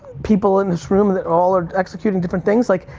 people in this room that all are executing different things, like,